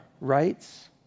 rights